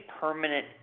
permanent